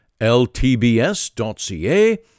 ltbs.ca